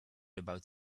about